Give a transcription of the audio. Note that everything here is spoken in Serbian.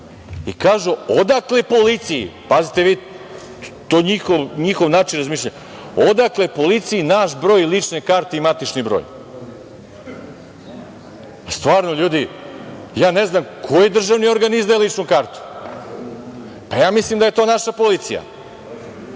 I kažu – odakle policiji, pazite vi njihov način razmišljanja, naš broj lične karte i matični broj? Pa stvarno, ljudi, ja ne znam koji državni organ izdaje ličnu kartu. Ja mislim da je to naša policija.